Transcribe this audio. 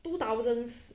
two thousands